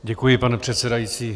Děkuji, pane předsedající.